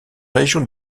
région